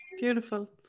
beautiful